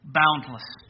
boundless